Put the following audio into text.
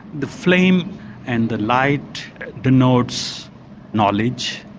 the flame and the light denotes knowledge,